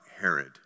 Herod